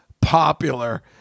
popular